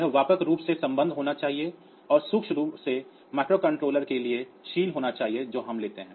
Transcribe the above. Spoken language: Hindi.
यह व्यापक रूप से उपलब्ध होना चाहिए और सूक्ष्म रूप से माइक्रोकंट्रोलर के लिए शील होना चाहिए जो हम लेते हैं